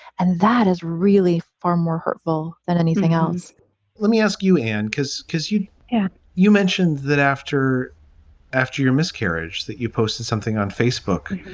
and that is really far more hurtful than anything else let me ask you in and because because you yeah you mentioned that after after your miscarriage that you posted something on facebook,